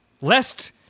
lest